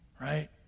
right